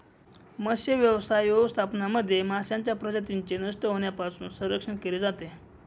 मत्स्यव्यवसाय व्यवस्थापनामध्ये माशांच्या प्रजातींचे नष्ट होण्यापासून संरक्षण केले जाते